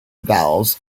vows